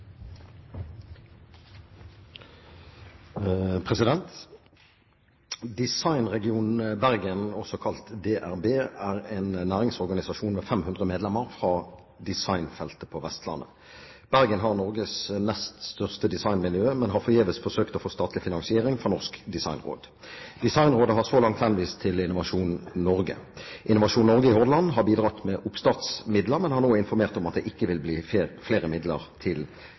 Bergen, DRB, er en næringsorganisasjon med 500 medlemmer fra designfeltet på Vestlandet. Bergen har Norges nest største designmiljø, men har forgjeves forsøkt å få statlig finansiering fra Norsk Designråd. Designrådet har så langt henvist til Innovasjon Norge. Innovasjon Norge i Hordaland har bidratt med oppstartsmidler, men har nå informert om at det ikke vil bli flere midler til DRB. På hvilken måte kan statsråden bidra til